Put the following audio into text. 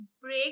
break